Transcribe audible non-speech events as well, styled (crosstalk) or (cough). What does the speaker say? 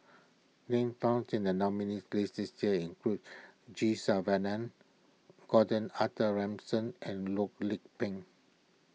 names found in the nominees' list this year include G (unintelligible) Gordon Arthur Ransome and Loh Lik Peng